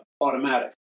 automatic